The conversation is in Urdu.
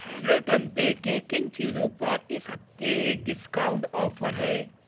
ہیلو ٹیمپے کی کن چیزوں پر اس ہفتے ڈسکاؤنٹ آفر ہے